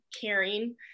caring